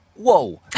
Whoa